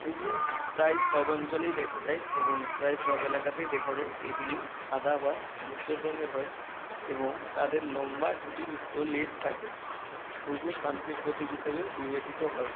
ঘুঘু প্রায় সব অঞ্চলেই দেখা যায় এবং প্রায় সব এলাকাতেই দেখা যায় এগুলি সাদা বা ধূসর রঙের হয় এবং তাদের লম্বা ঝুটিযুক্ত লেজ থাকে ঘুঘু শান্তির প্রতীক হিসেবেও বিবেচিত হয়